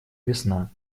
весна